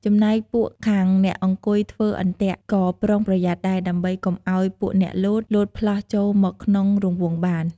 ចំណែកពួកខាងអ្នកអង្គុយធ្វើអន្ទាក់ ក៏ប្រុងប្រយ័ត្នដែរ ដើម្បីកុំឲ្យពួកអ្នកលោត លោតផ្លោះចូលមកក្នុងរង្វង់បាន។